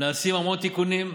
נעשים המון תיקונים,